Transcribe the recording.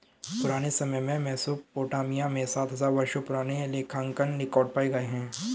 पुराने समय में मेसोपोटामिया में सात हजार वर्षों पुराने लेखांकन रिकॉर्ड पाए गए हैं